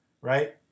right